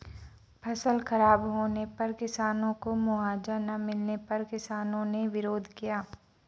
फसल खराब होने पर किसानों को मुआवजा ना मिलने पर किसानों ने विरोध किया